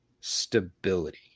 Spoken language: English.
stability